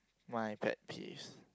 my pet peeves